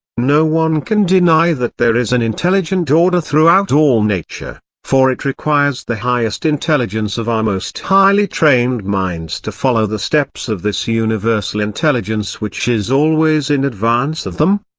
no one can deny that there is an intelligent order throughout all nature, for it requires the highest intelligence of our most highly-trained minds to follow the steps of this universal intelligence which is always in advance of them.